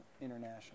international